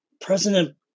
President